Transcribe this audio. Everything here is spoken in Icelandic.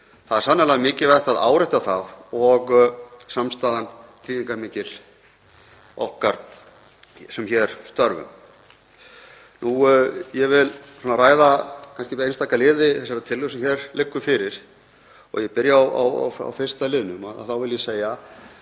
Það er sannarlega mikilvægt að árétta það og samstaðan þýðingarmikil okkur sem hér störfum. Ég vil ræða einstaka liði þessarar tillögu sem hér liggur fyrir og ég byrja á 1. liðnum. Þá vil ég segja